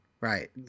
right